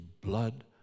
blood